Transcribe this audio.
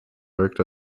worked